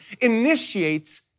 initiates